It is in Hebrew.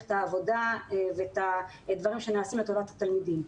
את העבודה ואת הדברים שנעשים לטובת התלמידים.